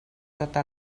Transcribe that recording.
tota